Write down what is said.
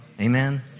Amen